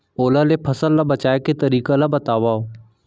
ओला ले फसल ला बचाए के तरीका ला बतावव?